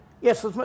yes